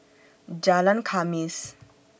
Jalan Khamis